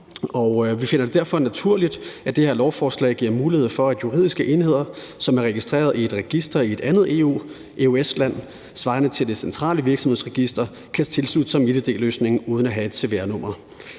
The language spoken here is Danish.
Vi finder det derfor naturligt, at det her lovforslag giver mulighed for, at juridiske enheder, som er registreret i et register i et andet EU-/EØS-land svarende til Det Centrale Virksomhedsregister, kan tilslutte sig MitID-løsningen uden at have et cvr-nummer.